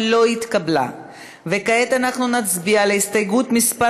נצביע על הסתייגות מס'